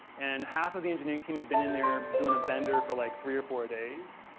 and half of the engineering team had been in there doing a bender for like three or four days.